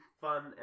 fun